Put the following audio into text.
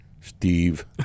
Steve